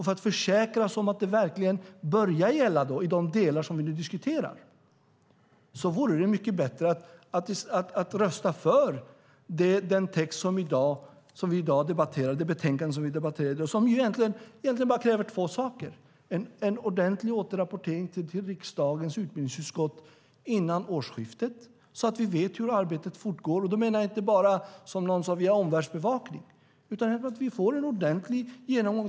För att försäkra oss om att det i de delar som vi nu diskuterar verkligen börjar gälla då vore det mycket bättre att rösta för det som föreslås i det betänkande som vi i dag debatterar och där egentligen bara två saker krävs. För det första gäller det en ordentlig återrapportering till riksdagens utbildningsutskott före årsskiftet så att vi vet hur arbetet fortgår. Jag menar då inte bara, som någon sade, en omvärldsbevakning utan att vi får en ordentlig genomgång.